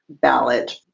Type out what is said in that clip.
ballot